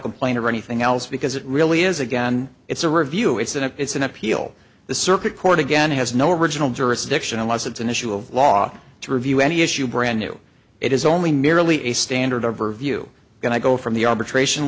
complaint or anything else because it really is again it's a review it's an it's an appeal the circuit court again has no original jurisdiction unless it's an issue of law to review any issue brand new it is only merely a standard overview going to go from the arbitration